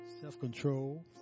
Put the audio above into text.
self-control